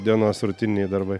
dienos rutininiai darbai